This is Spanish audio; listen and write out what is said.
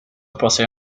posee